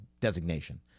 designation